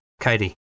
Katie